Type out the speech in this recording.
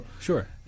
sure